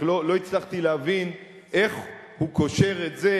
רק לא הצלחתי להבין איך הוא קושר את זה